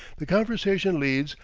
the conversation leads,